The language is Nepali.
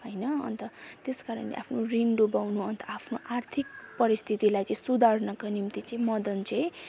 होइन अन्त त्यसकारणले आफ्नो ऋण डुबाउनु अन्त अफ्नो आर्थिक परिस्थितिलाई चाहिँ सुधार्नको निम्ति चाहिँ मदन चाहिँ